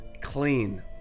clean